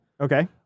Okay